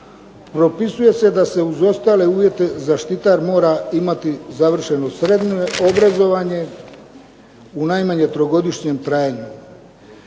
Propisuje se da se uz ostale uvjete zaštitar mora imati završenu srednje obrazovanje u najmanje trogodišnjem trajanju.